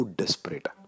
desperate